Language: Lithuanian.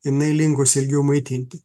jinai linkusi ilgiau maitinti